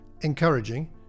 encouraging